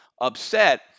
upset